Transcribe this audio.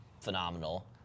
phenomenal